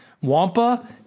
Wampa